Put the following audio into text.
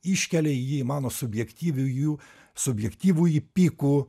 iškelia jį į mano subjektyviųjų subjektyvųjį pykų